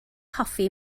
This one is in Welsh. hoffi